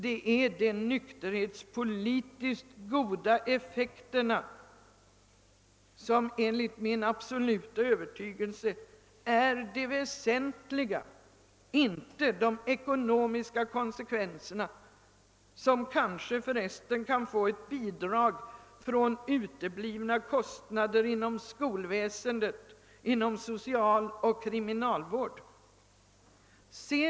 Det är de nykterhetspolitiskt goda effekterna som enligt min absoluta övertygelse är det väsentliga, inte de ekonomiska konsekvenserna, som kanske för resten kan mildras genom uteblivna kostnader på skolväsendets, socialoch kriminalvårdens områden.